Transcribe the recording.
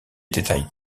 détails